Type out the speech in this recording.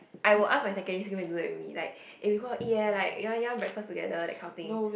I will ask my secondary school mates to do that with me like eh we go out eat eh you want you want to breakfast together that kind of thing